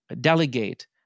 delegate